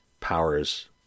powers